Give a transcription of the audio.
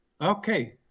Okay